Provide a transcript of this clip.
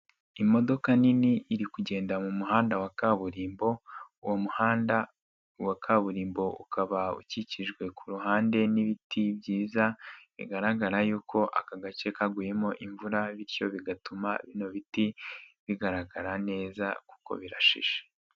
Imodoka nini iri kugenda mu muhanda wa kaburimbo, uwo muhanda wa kaburimbo ukaba ukikijwe ku ruhande n'ibiti byiza, bigaragara yuko aka gace kaguyemo imvura bityo bigatuma bino biti bigaragara neza kuko birashishe.